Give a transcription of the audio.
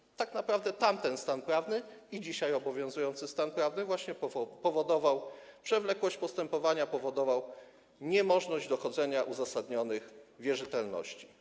I tak naprawdę tamten stan prawny i dzisiaj obowiązujący stan prawny powodowały właśnie przewlekłość postępowania, powodowały niemożność dochodzenia uzasadnionych wierzytelności.